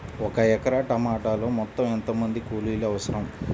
ఒక ఎకరా టమాటలో మొత్తం ఎంత మంది కూలీలు అవసరం?